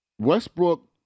Westbrook